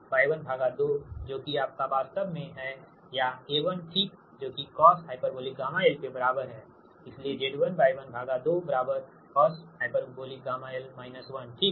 इसलिए 1Z1Y12जो कि आपका वास्तव में हैं या A1 ठीक जो कि cosh 𝛾l के बराबर हैं इसलिएZ1Y12 cosh 𝛾l 1ठीक